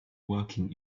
working